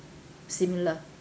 similar